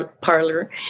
parlor